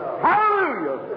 Hallelujah